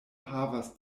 havas